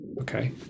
Okay